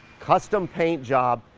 custom paint job.